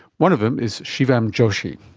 one of them is shivam joshi.